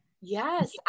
Yes